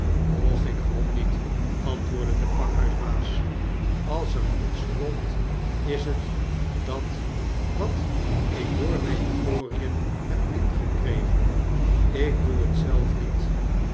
och ik grom niet antwoordde de pakhuisbaas als er iets gromt is het dat wat ik door myne porien heb ingekregen ik doe het zelf niet